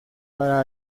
para